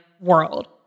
world